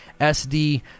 SD